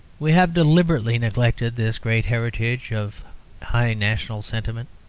we have deliberately neglected this great heritage of high national sentiment.